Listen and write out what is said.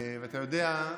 ואתה יודע,